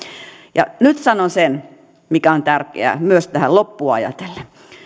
ja nyt sanon sen mikä on tärkeää myös tähän loppua ajatellen